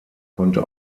konnte